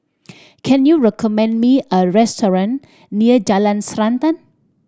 can you recommend me a restaurant near Jalan Srantan